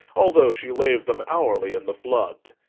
although she lave them hourly in the flood.